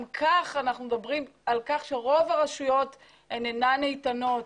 גם כך אנחנו מדברים על כך שרוב הרשויות אינן איתנות,